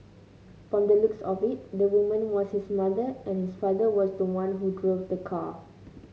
from the looks of it the woman was his mother and his father was the one who drove the car